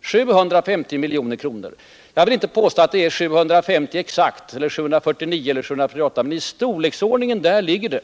Det här är svårt att fixera på kronan, och jag vill inte påstå att det är exakt 750, 749 eller 748 miljoner, men där någonstans ligger det.